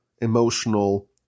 emotional